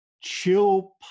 chill